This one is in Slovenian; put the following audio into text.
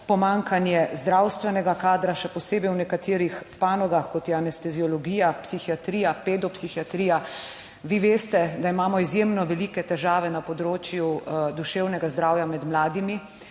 pomanjkanje zdravstvenega kadra, še posebej v nekaterih panogah, kot so anesteziologija, psihiatrija, pedopsihiatrija. Vi veste, da imamo izjemno velike težave na področju duševnega zdravja med mladimi,